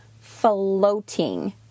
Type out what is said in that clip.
floating